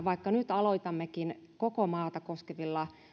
vaikka nyt aloitammekin koko maata koskevilla